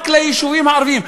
רק ליישובים הערביים,